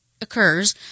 occurs